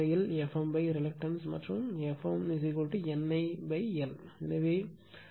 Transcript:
M reluctance மற்றும் Fm N I l